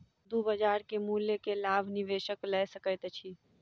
दू बजार के मूल्य के लाभ निवेशक लय सकैत अछि